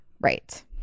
right